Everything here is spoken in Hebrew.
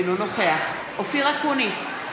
אינו נוכח אופיר אקוניס,